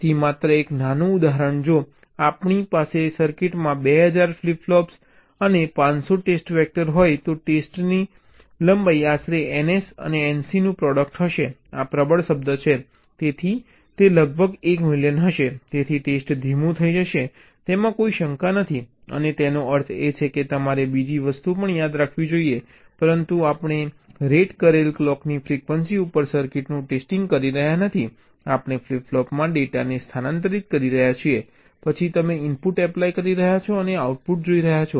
તેથી માત્ર એક નાનું ઉદાહરણ જો આપણી પાસે સર્કિટમાં 2000 ફ્લિપ ફ્લોપ્સ અને 500 ટેસ્ટ વેક્ટર હોય તો ટેસ્ટની લંબાઈ આશરે ns અને nc નું પ્રોડક્ટ હશે આ પ્રબળ શબ્દ છે તેથી તે લગભગ એક મિલિયન હશે તેથી ટેસ્ટ ધીમું થઈ જશે તેમાં કોઈ શંકા નથી અને તેનો અર્થ એ છે કે તમારે બીજી વસ્તુ પણ યાદ રાખવી જોઈએ પરંતુ આપણે રેટ કરેલ ક્લોકની ફ્રિક્વન્સી ઉપર સર્કિટનું ટેસ્ટિંગ કરી રહ્યા નથી આપણે ફ્લિપ ફ્લોપમાં ડેટાને સ્થાનાંતરિત કરી રહ્યા છીએ પછી તમે ઇનપુટ એપ્લાય કરી રહ્યાં છો અને આઉટપુટ જોઈ રહ્યા છો